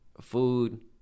food